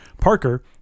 Parker